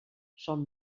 són